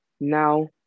now